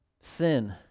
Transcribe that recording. sin